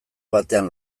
batean